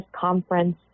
conference